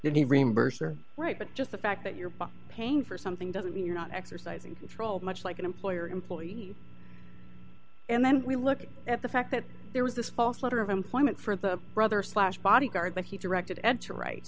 be reimbursed or write but just the fact that you're been paying for something doesn't mean you're not exercising control much like an employer employee and then we look at the fact that there was this false letter of employment for the brother slash bodyguard that he directed ed to right